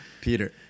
Peter